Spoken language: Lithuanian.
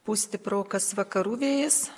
pūs stiprokas vakarų vėjas